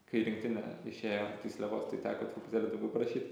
kai rinktinė išėjo tysliavos tai teko truputėlį daugiau prašyt